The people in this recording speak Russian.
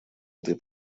этой